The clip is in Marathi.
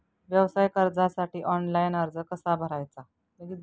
व्यवसाय कर्जासाठी ऑनलाइन अर्ज कसा भरायचा?